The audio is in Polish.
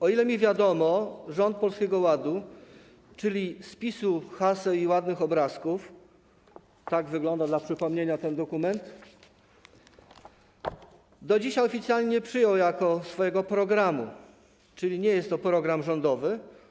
O ile mi wiadomo, rząd Polskiego Ładu, czyli spisu haseł i ładnych obrazków - tak dla przypomnienia wygląda ten dokument - do dzisiaj oficjalnie nie przyjął jako swojego programu, czyli nie jest to program rządowy.